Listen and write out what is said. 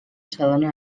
s’adona